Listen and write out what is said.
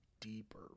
deeper